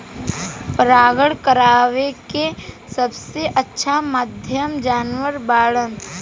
परागण करावेके सबसे अच्छा माध्यम जानवर बाड़न